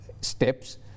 steps